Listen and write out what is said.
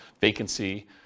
vacancy